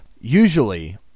Usually